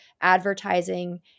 advertising